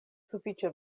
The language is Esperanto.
sufiĉe